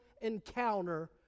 encounter